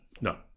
No